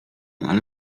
ale